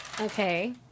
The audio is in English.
Okay